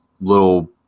little